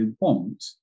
want